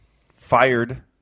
fired